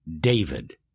David